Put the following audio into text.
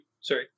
Sorry